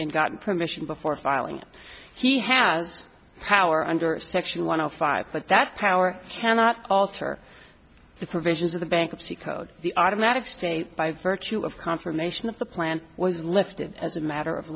and gotten permission before filing he has power under section one hundred five but that power cannot alter the provisions of the bankruptcy code the automatic stay by virtue of confirmation of the plan was lifted as a matter of